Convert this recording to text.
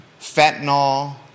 fentanyl